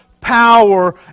power